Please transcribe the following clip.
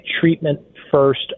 treatment-first